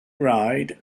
ride